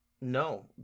no